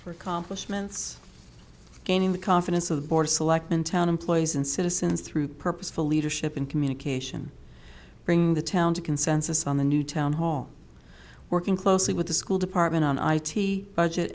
for accomplishments gaining the confidence of the board selectman town employees and citizens through purposeful leadership in communication bring the town to consensus on the new town hall working closely with the school department on i t budget